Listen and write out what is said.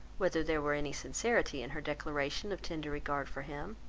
whether there were any sincerity in her declaration of tender regard for him,